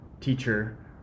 teacher